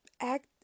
act